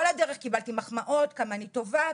הדרך קיבלתי שם מחמאות על כמה אני טובה,